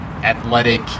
athletic